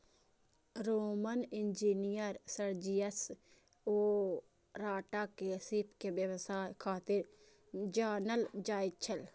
Roman engineer Sergius Orata के सीप के व्यवसाय खातिर जानल जाइ छै